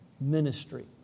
ministry